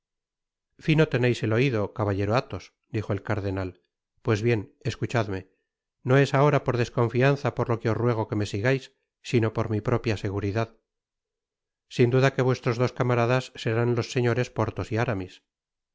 fino teneis el oido caballero athos dijo el cardenal pues bien escuchadme no es ahora por desconfianza por lo que os ruego que me sigais sino por mi propia seguridad sin duda que vuestros dos camaradas serán los señores porthos y aramis